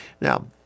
Now